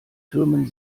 türmen